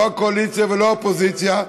לא הקואליציה ולא האופוזיציה.